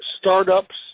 Startups